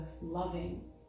loving